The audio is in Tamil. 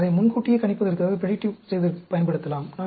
நாம் அதை முன்கூட்டியே கணிப்பதற்கு பயன்படுத்தலாம்